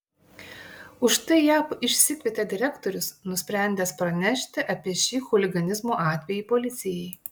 už tai ją išsikvietė direktorius nusprendęs pranešti apie šį chuliganizmo atvejį policijai